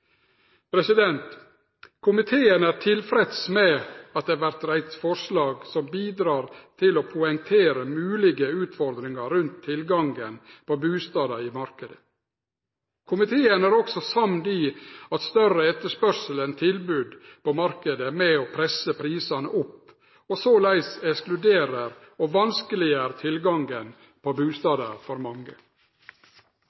Komiteen er tilfreds med at det vert reist forslag som bidreg til å poengtere moglege utfordringar rundt tilgangen på bustader i marknaden. Komiteen er også samd i at større etterspørsel enn tilbod på marknaden er med på å presse prisane opp og såleis ekskluderer og vanskeleggjer tilgangen på